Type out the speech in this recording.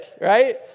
right